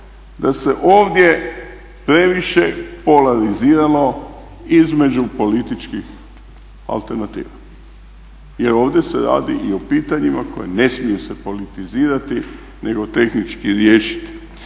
da se ovdje previše polariziralo između političkih alternativa. Jer ovdje se radi i o pitanjima koja ne smiju se politizirati, nego tehnički riješiti.